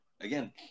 again